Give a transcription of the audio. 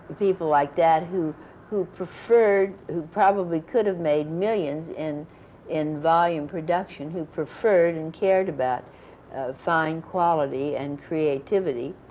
people like that, who who preferred who probably could've made millions in in volume production, who preferred and cared about fine quality and creativity,